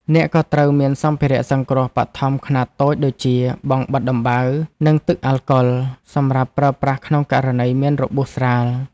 អ្នកក៏ត្រូវមានសម្ភារៈសង្គ្រោះបឋមខ្នាតតូចដូចជា បង់បិទដំបៅ និងទឹកអាល់កុល សម្រាប់ប្រើប្រាស់ក្នុងករណីមានរបួសស្រាល។